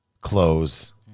clothes